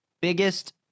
biggest